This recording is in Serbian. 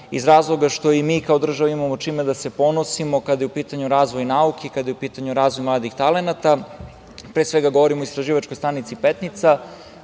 iz razloga što i mi kao država imamo čime da se ponosimo kada je u pitanju razvoj nauke, kada je u pitanju razvoj mladih talenata. Pre svega, govorim o istraživačkoj stanici „Petnica“